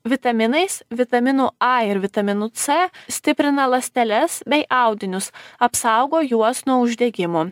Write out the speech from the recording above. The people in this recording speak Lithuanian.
vitaminais vitaminu a ir vitaminu c stiprina ląsteles bei audinius apsaugo juos nuo uždegimų